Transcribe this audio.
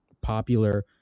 popular